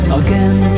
again